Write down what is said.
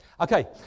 Okay